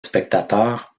spectateurs